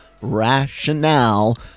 rationale